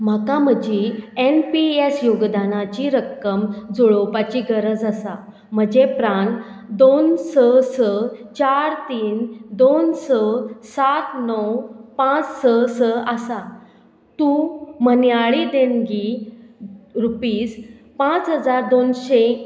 म्हाका म्हजी N P S योगदानाची रक्कम जोळोवपाची गरज आसा म्हजें प्रान दोन स स चार तीन दोन स सात णव पांच स स आसा तूं मन्याळी देणगी रुपीज पांच हजार दोनशें